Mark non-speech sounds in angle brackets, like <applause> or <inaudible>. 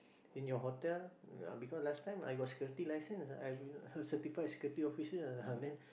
in your hotel uh because last time I got security license I <noise> certified security officer ah then